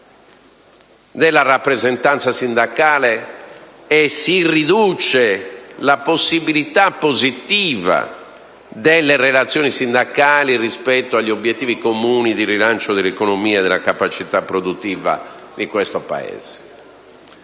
della rappresentanza sindacale e si riduce la possibilità positiva delle relazioni sindacali rispetto agli obiettivi comuni di rilancio dell'economia e della capacità produttiva di questo Paese.